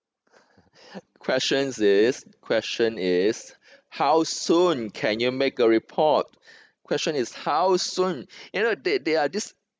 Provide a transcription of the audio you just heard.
questions is question is how soon can you make a report question is how soon you know they they are just